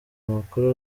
amakuru